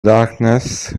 darkness